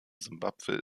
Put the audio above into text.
simbabwe